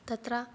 तत्र